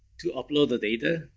to upload the data,